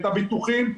את הביטוחים,